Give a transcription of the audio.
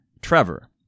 Trevor